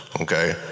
Okay